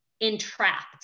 entrapped